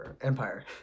Empire